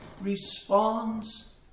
responds